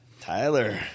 Tyler